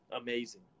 amazing